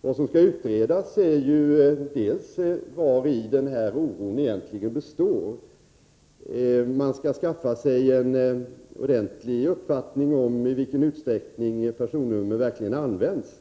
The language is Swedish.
Vad som skall utredas är bl.a. vari oron egentligen består. Regeringen vill också skaffa sig en ordentlig uppfattning om i vilken utsträckning personnummer verkligen används.